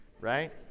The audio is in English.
Right